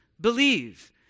believe